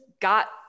got